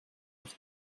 auf